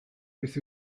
beth